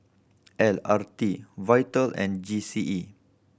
L R T Vital and G C E